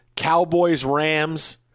Cowboys-Rams